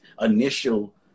initial